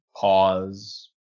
pause